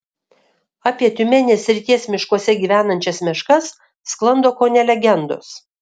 apie tiumenės srities miškuose gyvenančias meškas sklando kone legendos